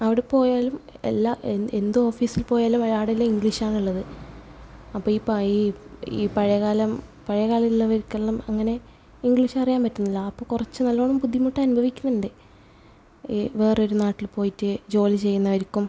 അവിടെപ്പോയാലും എല്ലാം എന്ത് ഓഫീസിൽ പോയാലും അവിടെ എല്ലാം ഇംഗ്ലീഷ് ആണ് ഉള്ളത് അപ്പോൾ ഈ പൈ ഈ പഴയ കാലം പഴയ കാലവിള്ളവർക്കെല്ലാം അങ്ങനെ ഇങ്ക്ളീഷറിയാമ്പറ്റില്ല അപ്പം കുറച്ച് നല്ലോണം ബുദ്ധിമുട്ട് അനുഭവിക്കുന്നുണ്ട് വേറൊര് നാട്ടിൽ പോയിട്ട് ജോലി ചെയ്യുന്നവർക്കും